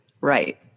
right